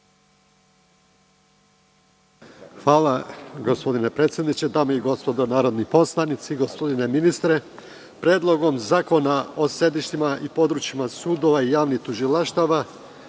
Hvala gospodine predsedniče, dame i gospodo narodni poslanici, gospodine ministre, Predlogom zakona o sedištima i područjima sudova i javnih tužilaštava